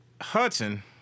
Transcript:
Hudson